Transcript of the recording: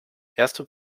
erste